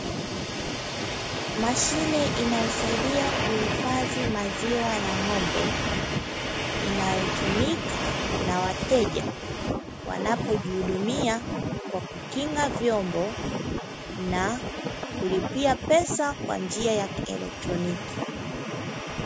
Mashine inayosaidia kuhifadhi maziwa ya ng'ombe, inayotumika na wateja wanapojihudumia, kwa kukinga vyombo na kulipia pesa kwa njia ya kielektroniki.